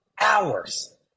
hours